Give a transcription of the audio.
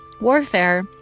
warfare